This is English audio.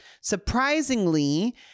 Surprisingly